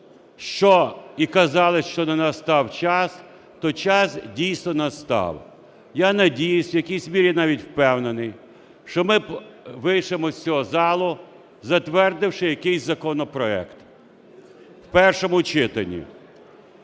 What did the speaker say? тому і казали, що не настав час, то час дійсно настав. Я надіюсь, в якійсь мірі навіть впевнений, що ми вийдемо з цього залу, затвердивши якийсь законопроект в першому читанні.